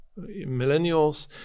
millennials